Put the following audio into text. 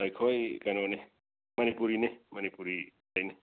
ꯑꯩꯈꯣꯏ ꯀꯩꯅꯣꯅꯤ ꯃꯅꯤꯄꯨꯔꯤꯅꯤ ꯃꯅꯤꯄꯨꯔꯤꯗꯩꯅꯤ